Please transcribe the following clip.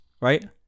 right